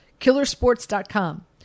killersports.com